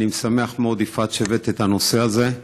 יפעת, אני שמח מאוד שהבאת את הנושא הזה.